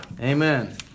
amen